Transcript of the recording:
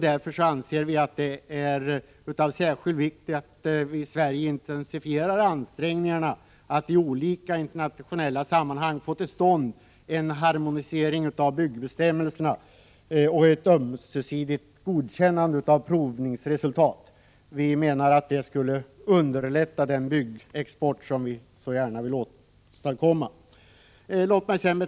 Därför anser vi reservanter att det är av särskild vikt att vi i Sverige intensifierar ansträngningarna att i olika internationella sammanhang få till stånd en harmonisering av byggbestämmelserna och ett ömsesidigt godkännande av provningsresultat. Vi menar att det skulle underlätta den byggexport som vi så gärna vill åstadkomma.